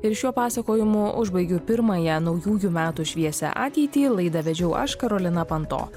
ir šiuo pasakojimu užbaigiu pirmąją naujųjų metų šviesią ateitį laidą vedžiau aš karolina panto